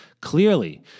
clearly